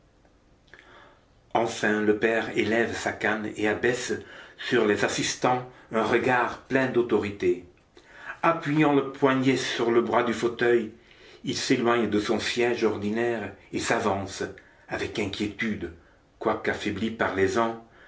enfin le père élève sa canne et abaisse sur les assistants un regard plein d'autorité appuyant le poignet sur les bras du fauteuil il s'éloigne de son siège ordinaire et s'avance avec inquiétude quoique affaibli par les ans